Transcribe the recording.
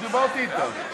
דיברתי אתך.